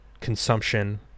consumption